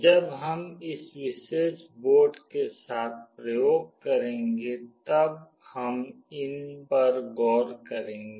जब हम इस विशेष बोर्ड के साथ प्रयोग करेंगे तब हम इन पर गौर करेंगे